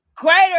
Greater